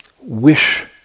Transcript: Wish